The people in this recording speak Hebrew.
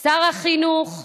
שר החינוך,